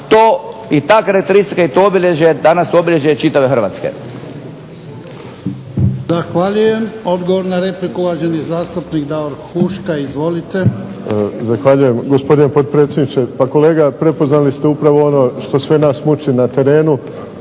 to, i ta karakteristika i to obilježje danas je to obilježje čitave Hrvatske.